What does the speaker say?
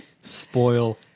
spoil